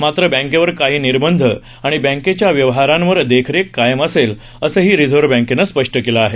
मात्र बँकेवर काही निर्बंध आणि बँकेच्या व्यवहारांवर देखरेख कायम असेल असंही रिझर्व्ह बँकेनं स्पष्ट केलं आहे